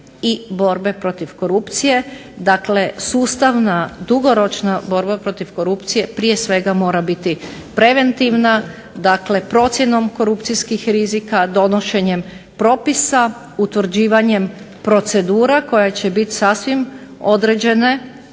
i borbe protiv korupcije. Dakle sustavna, dugoročna borba protiv korupcije prije svega mora biti preventivna, dakle procjenom korupcijskih rizika, donošenjem propisa, utvrđivanjem procedura koje će biti sasvim određene,